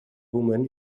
woman